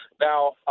Now